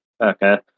Okay